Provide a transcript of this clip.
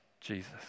Jesus